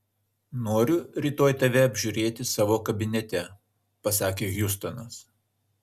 noriu rytoj tave apžiūrėti savo kabinete pasakė hjustonas